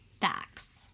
facts